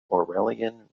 aurelian